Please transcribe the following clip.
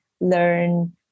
learn